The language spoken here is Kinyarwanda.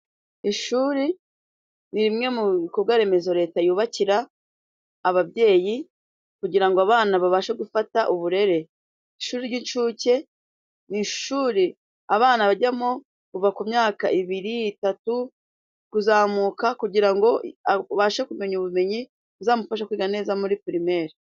Ishuri nibimwe mu bikorwa remezo leta yubakira ababyeyi kugira ngo abana babashe gufata uburere ishuri ry'incuke n'ishuri abana bajyamo kuva ku myaka ibiri, itatu kuzamuka kugira ngo abashe kumenya ubumenyi buzamufashe kwiga neza muri pirimeri.